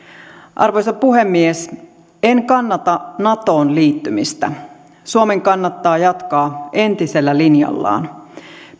arvoisa puhemies en kannata natoon liittymistä suomen kannattaa jatkaa entisellä linjallaan